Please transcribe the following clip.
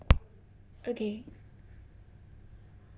okay